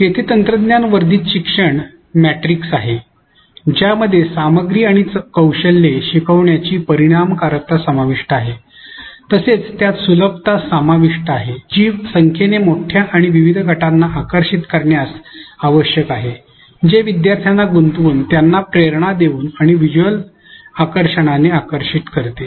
येथे तंत्रज्ञान वर्धित शिक्षण मेट्रिक्स आहे ज्यामध्ये सामग्री आणि कौशल्ये शिकण्याची परिणामकारकता समाविष्ट आहे तसेच त्यात सुलभता समाविष्ट आहे जी संख्येने मोठ्या आणि विविध गटांना आकर्षत करण्यास आवश्यक आहे जे विद्यार्थ्यांना गुंतवून त्यांना प्रेरणा देऊन आणि व्हिज्युअल आकर्षणाने आकर्षित करते